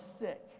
sick